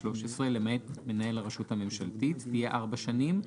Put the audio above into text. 2ג ו-2ד בשינויים המחויבים,